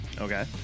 Okay